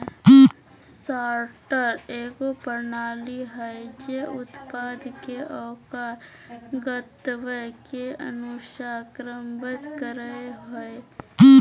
sorter एगो प्रणाली हइ जे उत्पाद के ओकर गंतव्य के अनुसार क्रमबद्ध करय हइ